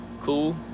cool